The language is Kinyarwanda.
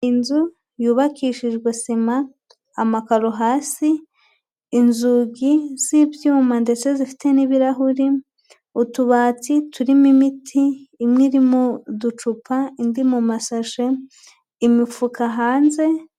Inzu yubakishijwe sima, amakaro hasi, inzugi z'ibyuma ndetse zifite n'ibirahuri, utubati turimo imiti, imwe iri mu ducupa indi mu masashe imifuka hanze.